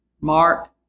Mark